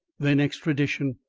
then extradition.